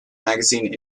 magazine